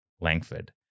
Langford